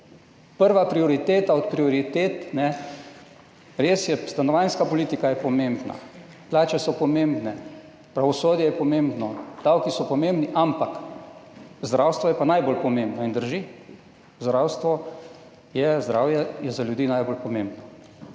Da je prva od prioritet stanovanjska politika, res je, pomembna je, plače so pomembne, pravosodje je pomembno, davki so pomembni, ampak zdravstvo je pa najbolj pomembno. In drži, zdravstvo, zdravje je za ljudi najbolj pomembno.